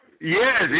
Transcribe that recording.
Yes